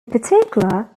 particular